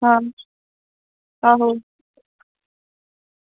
आं आहो